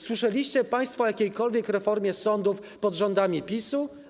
Słyszeliście państwo o jakiejkolwiek reformie sądów pod rządami PiS-u?